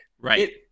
Right